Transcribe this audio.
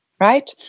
Right